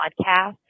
podcast